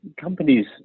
Companies